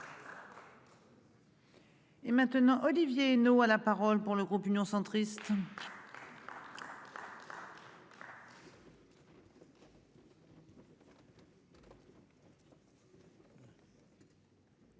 Et maintenant Olivier Henno à la parole pour le groupe Union centriste.